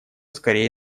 скорее